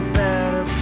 better